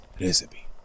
recipe